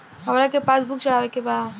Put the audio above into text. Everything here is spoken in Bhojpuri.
हमरा के पास बुक चढ़ावे के बा?